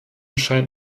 scheint